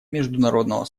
международного